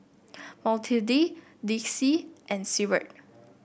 Matilde Dixie and Seward